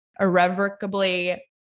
irrevocably